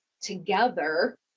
together